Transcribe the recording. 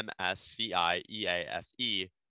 MSCIEAFE